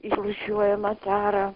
išrūšiuojamą tarą